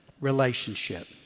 relationship